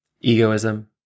Egoism